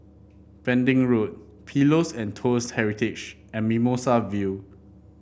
Pending Road Pillows and Toast Heritage and Mimosa View